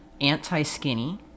anti-skinny